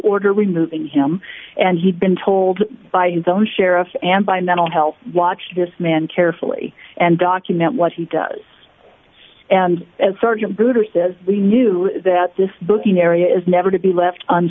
order removing him and he's been told by his own sheriff and by mental health watch this man carefully and document what he does and as surgeon bhooter says we knew that this booking area is never to be left